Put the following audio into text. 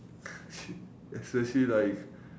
shit especially like